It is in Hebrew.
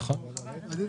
נכון.